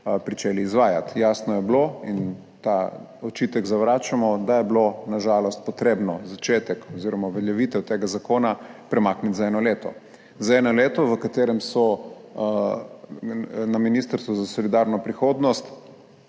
pričeli izvajati. Jasno je bilo, in ta očitek zavračamo, da je bilo na žalost potrebno začetek oziroma uveljavitev tega zakona premakniti za eno leto. Za eno leto, v katerem so na Ministrstvu za solidarno prihodnost,